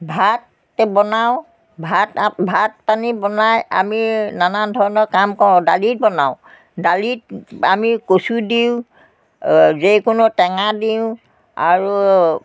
ভাত বনাওঁ ভাত ভাত পানী বনাই আমি নানান ধৰণৰ কাম কৰোঁ দালি বনাওঁ দালিত আমি কচু দিওঁ যিকোনো টেঙা দিওঁ আৰু